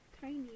tiny